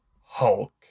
Hulk